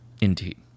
Indeed